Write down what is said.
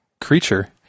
creature